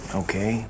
okay